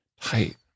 tight